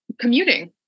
commuting